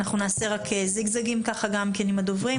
אנחנו גם כן נעשה ככה "זיגזגים" עם הדוברים,